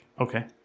okay